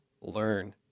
learn